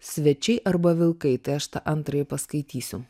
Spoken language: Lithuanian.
svečiai arba vilkai tai aš tą antrąjį paskaitysiu